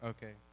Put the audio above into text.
Okay